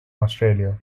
australia